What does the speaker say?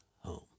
home